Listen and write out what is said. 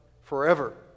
forever